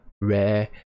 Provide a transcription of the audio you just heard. rare